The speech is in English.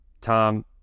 Tom